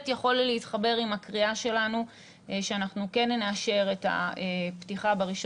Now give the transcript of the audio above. יכול להתחבר עם הקריאה שלנו שאנחנו כן נאשר את הפתיחה ב-1